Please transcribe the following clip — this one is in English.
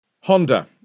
honda